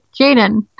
Jaden